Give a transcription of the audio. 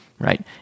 right